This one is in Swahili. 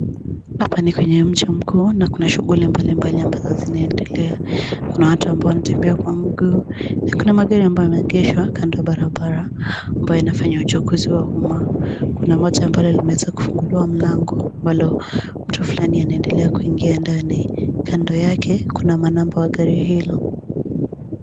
Hapa ni kwenye mji mkuu na kuna shughuli mbalimbali ambazo zinaendelea. Kuna watu ambao wanatembea kwa miguu, na kuna magari ambayo yameegeshwa kando ya barabara, ambayo yanafanya uchukuzi wa umma. Kuna moja ambalo limeweza kufunguliwa mlango ambalo mtu fulani anaendelea kuingia ndani. Kando yake, kuna manamba wa gari hilo.